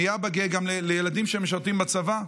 אני אבא גאה גם לילדים שמשרתים בצבא.